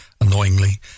annoyingly